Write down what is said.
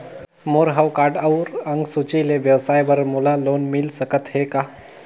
मोर हव कारड अउ अंक सूची ले व्यवसाय बर मोला लोन मिल सकत हे का?